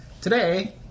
Today